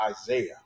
Isaiah